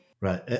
Right